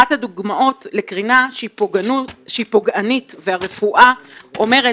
אחת הדוגמאות לקרינה שהיא פוגענית והרפואה אומרת